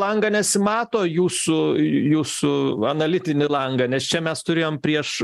langą nesimato jūsų jūsų analitinį langą nes čia mes turėjom prieš